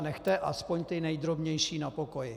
Nechte aspoň ty nejdrobnější na pokoji.